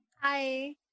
hi